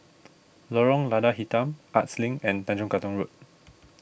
Lorong Lada Hitam Arts Link and Tanjong Katong Road